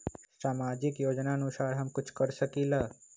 सामाजिक योजनानुसार हम कुछ कर सकील?